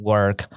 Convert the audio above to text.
Work